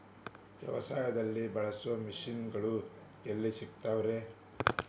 ವ್ಯವಸಾಯದಲ್ಲಿ ಬಳಸೋ ಮಿಷನ್ ಗಳು ಎಲ್ಲಿ ಸಿಗ್ತಾವ್ ರೇ?